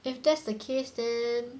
if that's the case then